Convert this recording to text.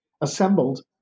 assembled